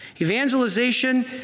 Evangelization